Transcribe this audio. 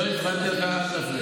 לא הפרעתי לך.